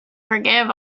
forgive